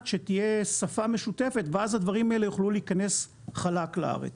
שתהיה שפה משותפת ואז הדברים האלה יוכלו להיכנס חלק לארץ.